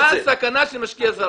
מה הסכנה של משקיע זר?